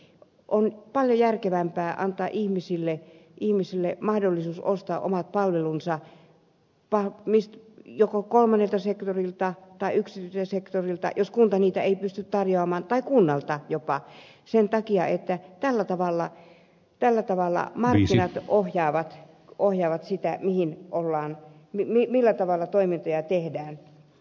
on paljon järkevämpää antaa ihmisille mahdollisuus ostaa omat palvelunsa joko kolmannelta tai yksityiseltä sektorilta jos kunta ei pysty niitä tarjoamaan tai jopa kunnalta sen takia että tällä tavalla markkinat ohjaavat sitä millä tavalla toimintoja tehdään